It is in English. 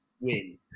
win